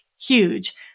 Huge